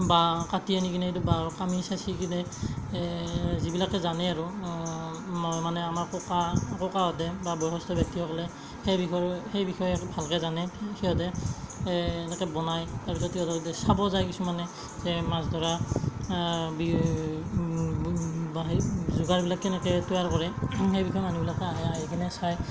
বাঁহ কাটি আনি কেনে সেইটো বাঁহৰ কামি চাঁচি কেনে যিবিলাকে জানে আৰু মানে আমাৰ ককা ককাহঁতে বা বয়সস্থ ব্যক্তিসকলে সেইবিষয়ে সেইবিষয়ে ভালকে জানে সিহঁতে এনেকৈ বনায় তাৰপিছত সিহঁতক চাব যায় কিছুমানে মাছ ধৰা যোগাৰবিলাক কেনেকৈ তৈয়াৰ কৰে সেইবিষয়ে মানুহবিলাকে আহে আৰু আহি কেনে চায়